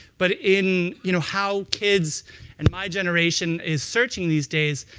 but in you know how kids and my generation is searching these days,